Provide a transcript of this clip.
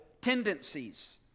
tendencies